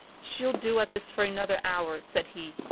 she'll do at this for another hour, said he.